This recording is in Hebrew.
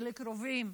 של קרובים,